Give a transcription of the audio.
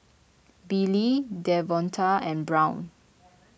Billy Davonta and Brown